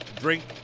drink